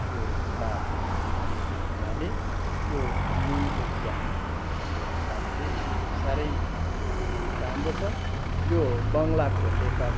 त्यो किताब लेखिएको हुनाले त्यो नुनको चिया भन्ने किताब चाहिँ साह्रै राम्रो छ यो बङ्लाको लेखक